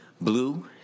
blue